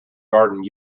garden